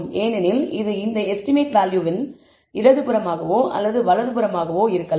ஏனெனில் இது இந்த எஸ்டிமேடட் வேல்யூவின் இடதுபுறமாகவோ அல்லது வலதுபுறமாகவோ இருக்கலாம்